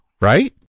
right